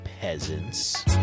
peasants